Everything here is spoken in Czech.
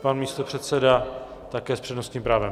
Pan místopředseda, také s přednostním právem.